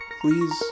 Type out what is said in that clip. please